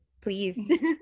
please